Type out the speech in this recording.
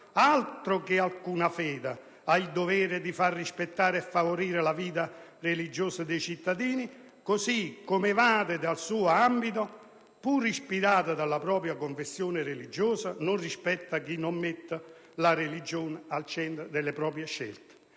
altro, alcuna fede, ha il dovere di far rispettare e favorire la vita religiosa dei cittadini, così come evade dal suo ambito se, pur ispirato dalla propria confessione religiosa, non rispetta chi non mette la religione al centro delle proprie scelte.